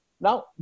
Now